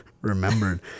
remembered